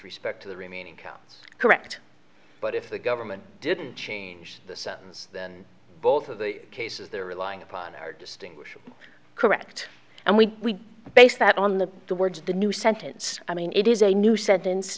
respect to the remaining counts correct but if the government didn't change the sentence then both of the cases they're relying upon are distinguishable correct and we base that on the words of the new sentence i mean it is a new sentence